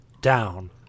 down